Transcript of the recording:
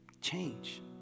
Change